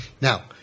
Now